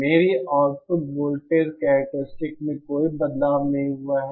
मेरी output voltage characteristic में कोई बदलाव नहीं हुआ है